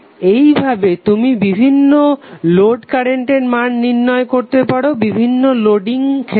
এইভাবে তুমি বিভিন্ন লোড কারেন্টের মান নির্ণয় করতে পারো বিভিন্ন লোডিং ক্ষেত্রে